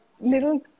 little